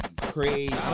Crazy